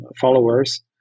followers